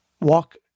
walk